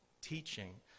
teaching